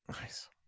Nice